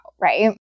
right